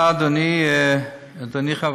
תודה, אדוני.